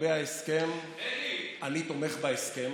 ולגבי ההסכם, אני תומך בהסכם,